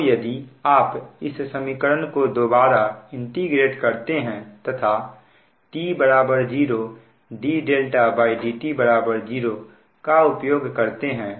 अब यदि आप इस समीकरण को दोबारा इंटीग्रेट करते हैं तथा t 0 dδdt 0 का उपयोग करते हैं